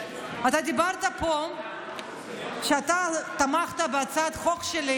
אתה דיברת פה על כך שאתה תמכת בהצעת חוק שלי